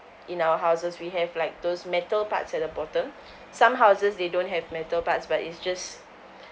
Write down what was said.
in our houses we have like those metal parts at the bottom some houses they don't have metal parts but it's just